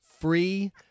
free